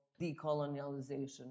decolonialization